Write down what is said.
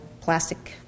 plastic